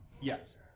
Yes